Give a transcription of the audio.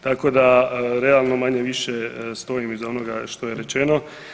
Tako da realno manje-više stojim iza onoga što je rečeno.